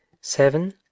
seven